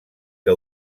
que